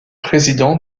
président